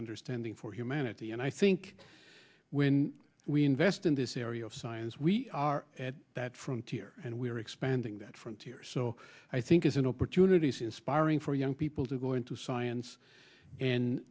understanding for humanity and i think when we invest in this area of science we are at that frontier and we're expanding that frontier so i think it's an opportunities inspiring for young people to go into science and